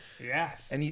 Yes